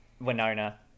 winona